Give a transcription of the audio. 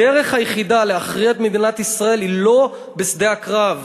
הדרך היחידה להכריע את מדינת ישראל היא לא בשדה הקרב.